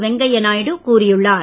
வெங்கைய நாயுடு கூறியுள்ளார்